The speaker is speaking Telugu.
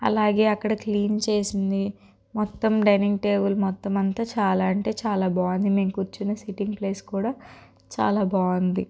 అలాగే అక్కడ క్లీన్ చేసింది మొత్తం డైనింగ్ టేబుల్ మొత్తమంతా చాలా అంటే చాలా బాగుంది మేం కూర్చునే సిట్టింగ్ ప్లేస్ కూడా చాలా బాగుంది